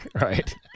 Right